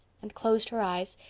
and closed her eyes.